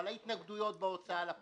הולך להוצאה לפועל,